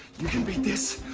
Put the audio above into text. you can beat this.